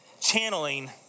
channeling